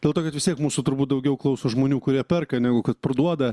dėl to kad vis tiek mūsų turbūt daugiau klauso žmonių kurie perka negu kad parduoda